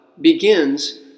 begins